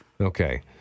okay